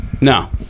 No